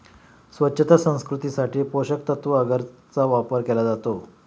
स्वच्छता संस्कृतीसाठी पोषकतत्त्व अगरचा वापर केला जातो